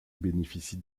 bénéficie